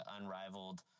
unrivaled